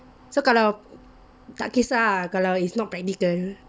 so kalau tak kesah ah kalau it's not practical